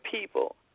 people